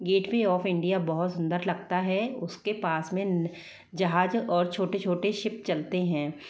gateway of India बहुत सुंदर लगता है उसके पास में जहाज और छोटे छोटे शिप चलते हैं